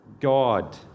God